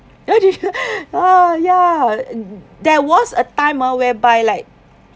ah ya there was a time ah whereby like